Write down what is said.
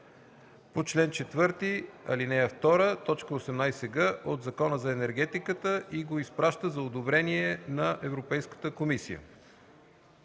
4, ал. 2, т. 18г от Закона за енергетиката и го изпраща за одобрение на Европейската комисия